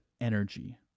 energy